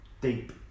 deep